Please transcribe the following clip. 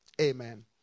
Amen